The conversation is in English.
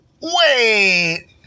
Wait